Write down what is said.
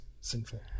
sinful